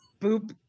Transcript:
boop